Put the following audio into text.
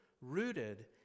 rooted